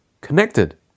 connected